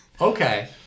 okay